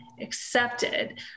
accepted